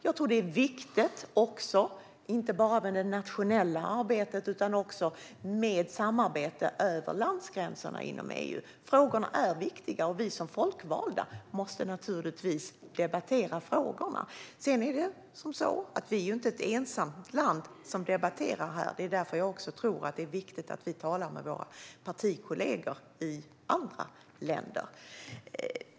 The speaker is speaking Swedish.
Jag tror att det är viktigt inte bara med det nationella arbetet utan också med samarbete över landsgränserna inom EU. Frågorna är viktiga, och vi som folkvalda måste naturligtvis debattera dem. Sedan är det ju som så att Sverige inte är ensamt om att debattera det här. Det är därför jag tror att det är viktigt att vi talar med våra partikollegor i andra länder.